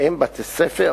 בהם בתי-ספר,